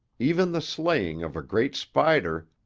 even the slaying of a great spider,